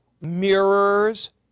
mirrors